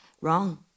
wrong